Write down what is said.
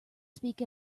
speak